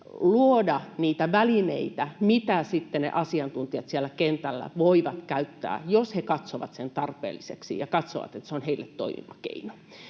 luoda niitä välineitä, mitä sitten ne asiantuntijat siellä kentällä voivat käyttää, jos he katsovat sen tarpeelliseksi ja katsovat, että se on heille toimiva keino.